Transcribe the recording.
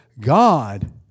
God